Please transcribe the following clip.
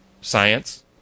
science